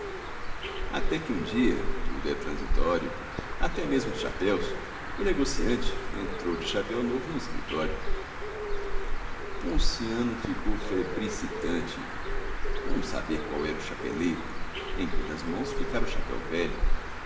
até que um dia tudo é transitório até mesmo os chapéus o negociante entrou de chapéu novo no escritório ponciano ficou febricitante como saber qual era o chapeleiro em cujas mãos ficara o chapéu velho